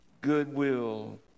goodwill